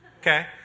Okay